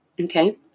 Okay